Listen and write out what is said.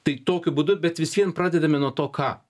tai tokiu būdu bet vis vien pradedame nuo to ką